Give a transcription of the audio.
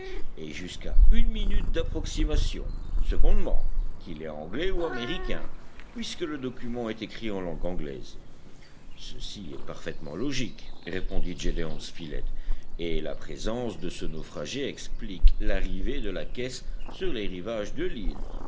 et jusqu'à une minute d'approximation secondement qu'il est anglais ou américain puisque le document est écrit en langue anglaise ceci est parfaitement logique répondit gédéon spilett et la présence de ce naufragé explique l'arrivée de la caisse sur les rivages de l'île